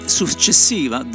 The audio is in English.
successiva